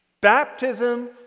Baptism